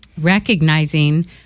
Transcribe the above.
recognizing